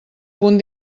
punt